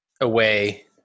away